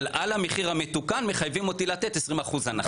אבל על המחיר המתוקן מחייבים אותי לתת 20% הנחה.